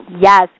Yes